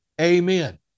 Amen